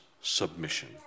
submission